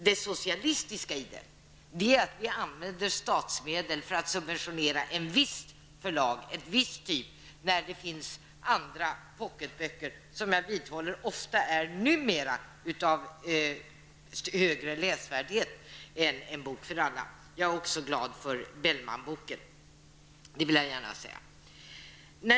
Det socialistiska i det är att vi använder statsmedel för att subventionera ett visst förlag när det finns andra, t.ex. pocketböcker, som jag vidhåller numera ofta har ett högre läsvärde än böckerna från En bok för alla. Jag är också glad för Bellmanboken; det vill jag gärna säga.